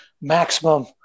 maximum